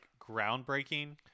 groundbreaking